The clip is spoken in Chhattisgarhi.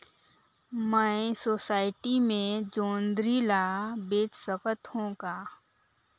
मैं सोसायटी मे जोंदरी ला बेच सकत हो का?